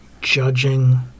judging